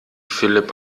philipp